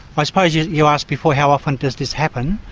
i suppose. you you asked before how often does this happen.